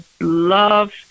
love